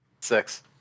Six